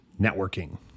networking